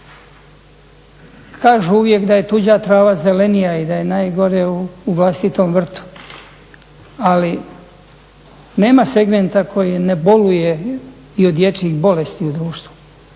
Kažu uvijek da je tuđa trava zelenija i da je najgore u vlastitom vrtu ali nema segmenta koji ne boluje i od dječjih bolesti u društvu